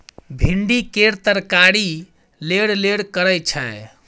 भिंडी केर तरकारी लेरलेर करय छै